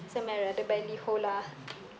so I might rather buy liho lah